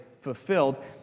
fulfilled